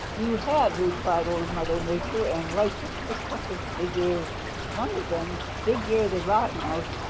you have, replied old mother nature, and whitefoot pricked up his big ears. one of them bigear the rock mouse,